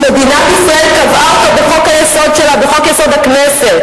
שמדינת ישראל קבעה אותו בחוק-יסוד: הכנסת,